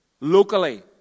Locally